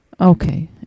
Okay